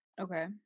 Okay